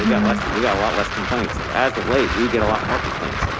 we got less, we got a lot less complaints. as of late, we get a lot more complaints.